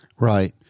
Right